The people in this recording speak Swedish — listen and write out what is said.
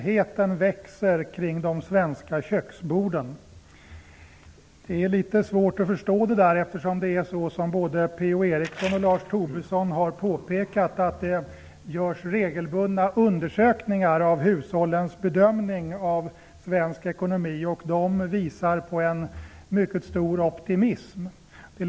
Herr talman! Tack!